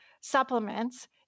supplements